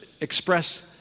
express